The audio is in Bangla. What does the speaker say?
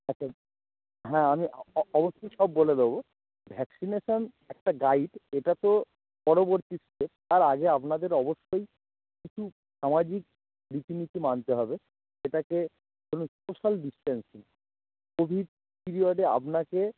আচ্ছা হ্যাঁ আমি অবশ্যই সব বলে দেবো ভ্যাক্সিনেশান একটা গাইড ওটা তো পরবর্তী স্টেজ তার আগে আপনাদের অবশ্যই একটু সামাজিক রীতি নীতি মানতে হবে সেটাকে কোনো এক্সপেশাল ডিস্টেন্সিং কোভিড পিরিয়ডে আপনাকে